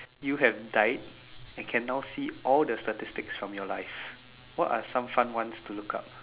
you have died and can now see all the statistics from your life what are some fun ones to look up